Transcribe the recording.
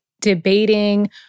debating